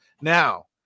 Now